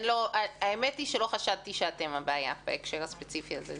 האמת היא שלא חשדתי שאתם הבעיה בהקשר הספציפי הזה.